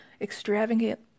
extravagant